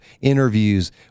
interviews